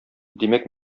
димәк